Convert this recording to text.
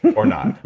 or not.